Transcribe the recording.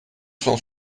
cent